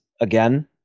again